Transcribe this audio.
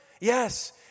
Yes